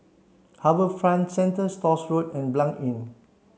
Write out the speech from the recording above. HarbourFront Centre Stores Road and Blanc Inn